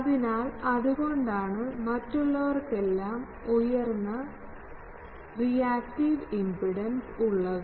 അതിനാൽ അതുകൊണ്ടാണ് മറ്റുള്ളവർക്കെല്ലാം ഉയർന്ന റിയാക്ടീവ് ഇംപാഡൻസ് ഉള്ളത്